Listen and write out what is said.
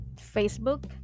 facebook